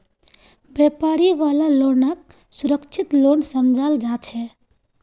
व्यापारी वाला लोनक सुरक्षित लोन समझाल जा छे